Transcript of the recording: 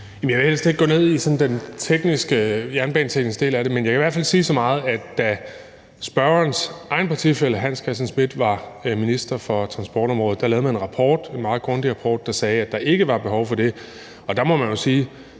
Jeg vil helst ikke gå ned i den jernbanetekniske del af det. Men jeg kan da i hvert fald sige så meget, at da spørgerens egen partifælle hr. Hans Christian Schmidt var minister for transportområdet, lavede man en rapport, en meget grundig rapport, der sagde, at der ikke var behov for det. Nu har jeg